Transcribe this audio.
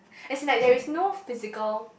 is like there is no physical